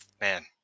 man